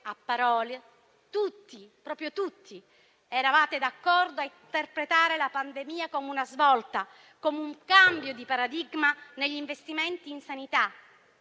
a parole, tutti, ma proprio tutti, eravate d'accordo a interpretare la pandemia come una svolta, come un cambio di paradigma negli investimenti in sanità: